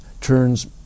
turns